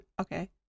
okay